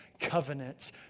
covenant